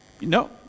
No